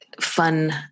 fun